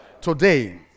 today